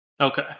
Okay